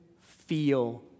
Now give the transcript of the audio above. feel